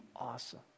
awesome